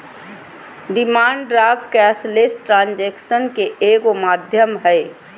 demand draft cashless transaction के एगो माध्यम हइ